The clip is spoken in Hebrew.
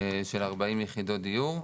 של 40 יחידות דיור,